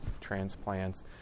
transplants